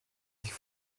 sich